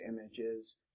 images